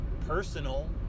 personal